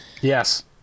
Yes